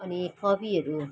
अनि कविहरू